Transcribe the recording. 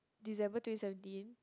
December twenty seventeen